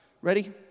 Ready